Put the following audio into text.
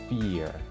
fear